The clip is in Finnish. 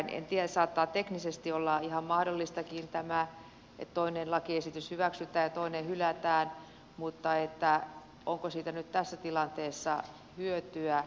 en tiedä saattaa teknisesti olla ihan mahdollistakin tämä että toinen lakiesitys hyväksytään ja toinen hylätään mutta onko siitä nyt tässä tilanteessa hyötyä